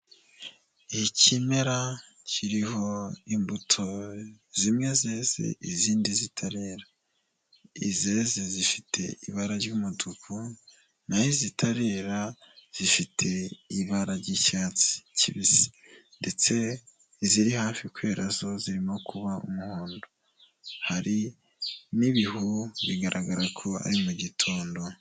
Ikimera kiriho imbuto zimwe zeze izindi zitarera zifite ibara ry'umutuku ntaho izitarera zifite ibara ry'icyatsi kibisi ndetse iziri hafi kwera zo zirimo kuba umuhondo hari n'ibihu bigaragara ko ari mu gitondo.